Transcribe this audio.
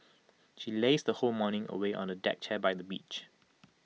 she lazed her whole morning away on A deck chair by the beach